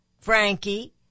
Frankie